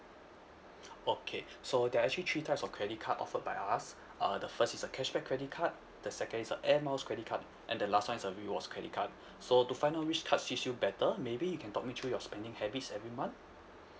okay so there are actually three types of credit card offered by us uh the first is a cashback credit card the second is a air miles credit card and the last [one] is a rewards credit card so to find out which card suits you better maybe you can talk me through your spending habits every month